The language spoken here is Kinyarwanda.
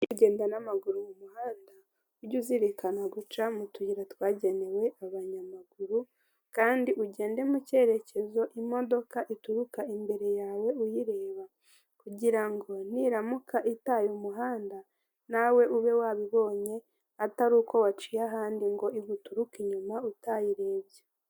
Ugenda n'amaguru mu muhanda ujye uzirikana guca mu tuyira twagenewe abanyamaguru kandi ugende mu cyerekezo imodoka ituruka imbere yawe uyireba, kugira ngo niramuka itaye umuhanda nawe ube wabibonye atari uko waciye ahandi ngo igutuke inyuma utayirebye.